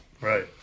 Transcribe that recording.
Right